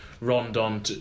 Rondon